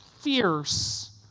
fierce